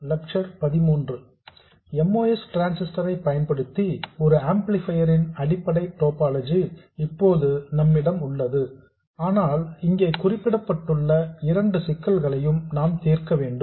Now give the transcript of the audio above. MOS transistor ஐ பயன்படுத்தி ஒரு ஆம்ப்ளிபையர் இன் அடிப்படை டோபாலஜி இப்போது நம்மிடம் உள்ளது ஆனால் இங்கே குறிப்பிடப்பட்டுள்ள இரண்டு சிக்கல்களை நாம் தீர்க்க வேண்டும்